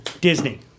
Disney